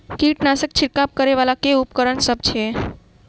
कीटनासक छिरकाब करै वला केँ उपकरण सब छै?